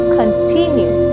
continue